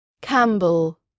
Campbell